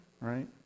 right